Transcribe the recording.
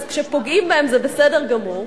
אז כשפוגעים בהם זה בסדר גמור.